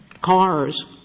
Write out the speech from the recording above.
cars